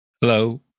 Hello